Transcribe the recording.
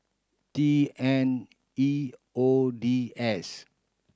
T N E O D S